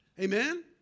Amen